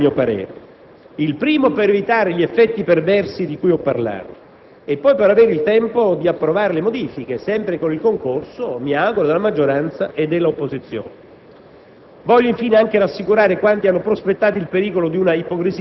Perché è necessario il periodo di sospensione? Per due motivi fondamentali, a mio parere: innanzitutto, per evitare gli effetti perversi di cui ho parlato e, in secondo luogo, per avere il tempo di approvare le modifiche, sempre con il concorso - mi auguro - della maggioranza e dell'opposizione.